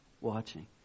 watching